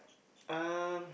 uh